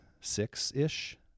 six-ish